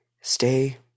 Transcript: stay